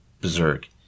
berserk